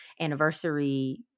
anniversary